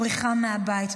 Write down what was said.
הבריחה מהבית.